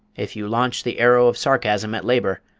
if you launch the arrow of sarcasm at labor,